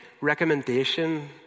recommendation